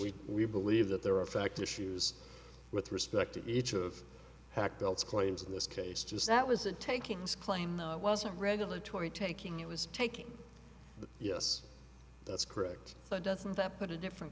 we we believe that there are in fact issues with respect to each of hack belts claims in this case just that was a takings claim though wasn't regulatory taking it was taking the yes that's correct but doesn't that put a different